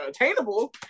attainable